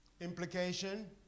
Implication